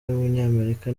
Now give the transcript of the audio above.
w’umunyamerika